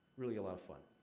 really, a lot of fun.